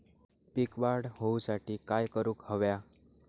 पीक वाढ होऊसाठी काय करूक हव्या?